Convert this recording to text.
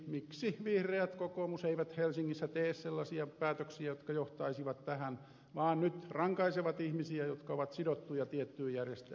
miksi vihreät ja kokoomus eivät helsingissä tee sellaisia päätöksiä jotka johtaisivat tähän vaan nyt rankaisevat ihmisiä jotka ovat sidottuja tiettyyn järjestelmään